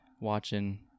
watching